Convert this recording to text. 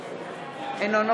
בעד עידן רול,